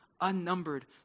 unnumbered